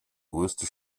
größte